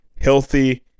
Healthy